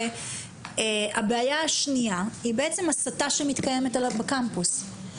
הבעיה השנייה היא בעצם ההסתה שמתקיימת בקמפוס.